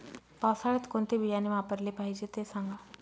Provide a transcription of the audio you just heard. पावसाळ्यात कोणते बियाणे वापरले पाहिजे ते सांगा